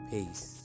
Peace